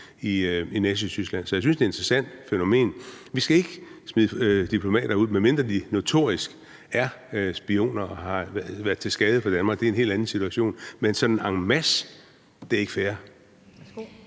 i Nazityskland. Så jeg synes, det er et interessant fænomen. Vi skal ikke smide diplomater ud, medmindre de notorisk er spioner og har været til skade for Danmark; det er en helt anden situation. Men sådan en masse er det ikke fair.